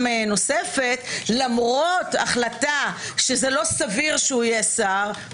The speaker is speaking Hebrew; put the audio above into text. נוספת למרות החלטה שזה לא סביר שיהיה שר,